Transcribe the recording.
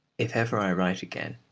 if ever i write again,